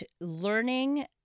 learning